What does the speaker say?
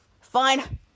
fine